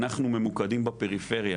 אנחנו ממוקדים בפריפריה